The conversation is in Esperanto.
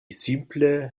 simple